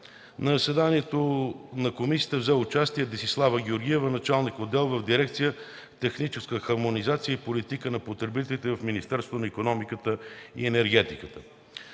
заседанието на Комисията взе участие Десислава Георгиева – началник отдел в Дирекция „Техническа хармонизация и политика за потребителите” в Министерството на икономиката и енергетиката.